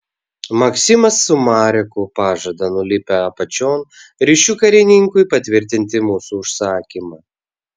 maksimas su mareku pažada nulipę apačion ryšių karininkui patvirtinti mūsų užsakymą